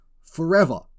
forever